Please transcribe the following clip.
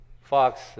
Fox